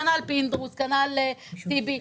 כנ"ל פינדרוס, כנ"ל טיבי.